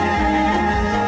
and